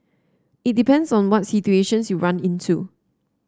it depends on what situations you run into